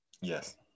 Yes